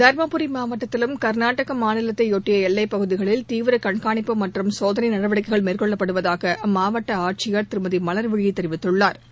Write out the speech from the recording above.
தருமபுரி மாவட்டத்திலும் கர்நாடக மாநிலத்தையொட்டிய எல்லைப் பகுதிகளில் தீவிர கண்காணிப்பு மற்றும் சோதனை நடவடிக்கைகள் மேற்கொள்ளப்படுவதாக அம்மாவட்ட ஆட்சியா் திருமதி மலா்விழி தெரிவித்துள்ளா்